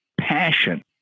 passion